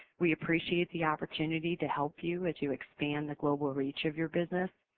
we appreciate the opportunity to help you as you expand the global reach of your business.